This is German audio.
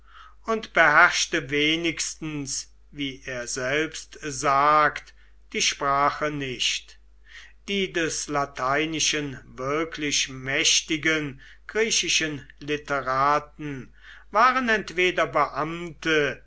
und beherrschte wenigstens wie er selbst sagt die sprache nicht die des lateinischen wirklich mächtigen griechischen literaten waren entweder beamte